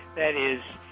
that is,